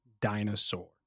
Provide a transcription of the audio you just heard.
dinosaur